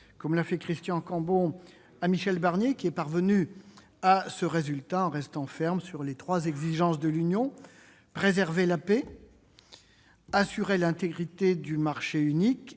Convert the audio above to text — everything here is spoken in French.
comme l'a fait Christian Cambon, à Michel Barnier, qui est parvenu à ce résultat en restant ferme sur les trois exigences de l'Union : préserver la paix, assurer l'intégrité du marché unique et